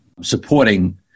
supporting